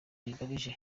bitagamije